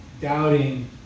doubting